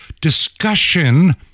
discussion